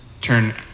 Turn